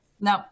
No